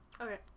Okay